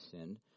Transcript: sinned